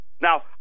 Now